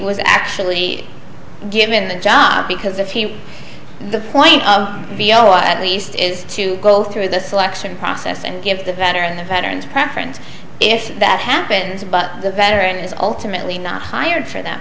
was actually given the job because if he the point of b o i at least is to go through the selection process and give the veteran the veterans preference if that happens but better and is ultimately not hired for that